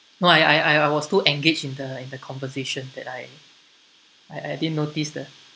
no I I I I I was too engaged in the in the conversation that I I I didn't notice the